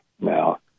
Now